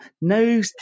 No